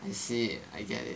I see I get it